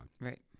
Right